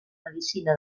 medicina